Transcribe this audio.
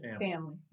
Family